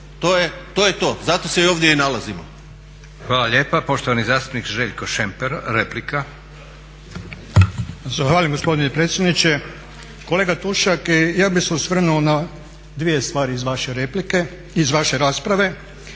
to je to, zato se ovdje i nalazimo.